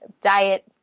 diet